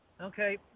Okay